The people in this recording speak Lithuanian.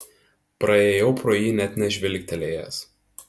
praėjau pro jį net nežvilgtelėjęs